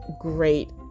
great